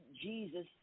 Jesus